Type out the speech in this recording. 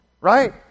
right